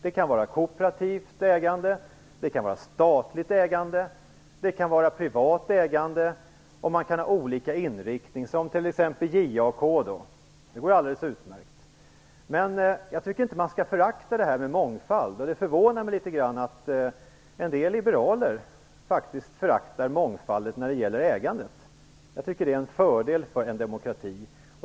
Det kan vara kooperativt ägande, det kan vara statligt ägande, det kan vara privat ägande. Man kan ha olika inriktning, som exempelvis JAK. Det går alldeles utmärkt. Man skall inte förakta begreppet mångfald. Det förvånar mig att en del liberaler föraktar mångfald när det gäller ägandet. Jag tycker att mångfald är en fördel för en demokrati.